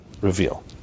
reveal